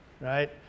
right